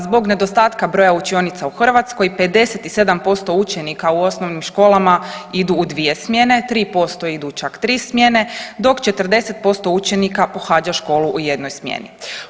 Zbog nedostatka broja učionica u Hrvatskoj 57% učenika u osnovnim školama idu u dvije smjene, 3% idu u čak tri smjene dok 40% učenika pohađa školu u jednoj smjeni.